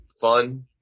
fun